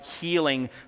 healing